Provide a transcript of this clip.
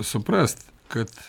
suprast kad